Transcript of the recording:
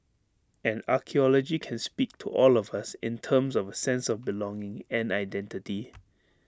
and archaeology can speak to all of us in terms of A sense of belonging and identity